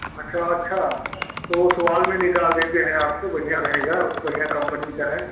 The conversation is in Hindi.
अच्छा अच्छा तो ओसवाल में निकाल देते हैं आपको बढ़िया रहेगा वह बढ़िया कंपनी का है